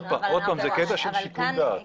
זה קטע של שיקול דעת.